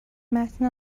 متن